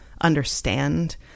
understand